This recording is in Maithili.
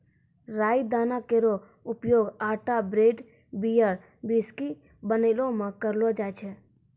राई दाना केरो उपयोग आटा ब्रेड, बियर, व्हिस्की बनैला म करलो जाय छै